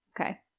Okay